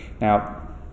Now